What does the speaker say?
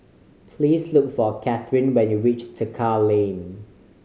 please look for Katharine when you reach Tekka Lane